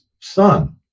son